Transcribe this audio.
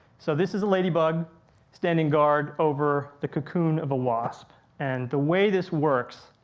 so this is a ladybug standing guard over the cocoon of a wasp and the way this works,